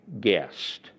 Guest